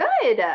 Good